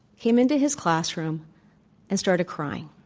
came into his classroom and started crying.